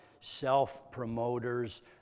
self-promoters